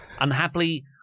Unhappily